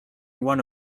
one